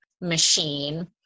machine